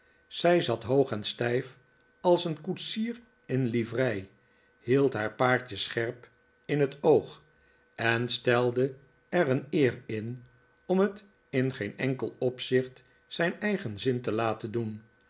zij zat hoog en stijf als een koetsier in livrei hield haar paardje scherp in het oog en stelde er een eer in om het in geen enkel opzicht zijn eigen zin te laten doen